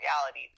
reality